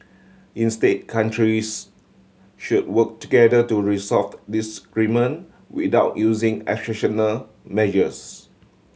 instead countries should work together to resolved disagreement without using exceptional measures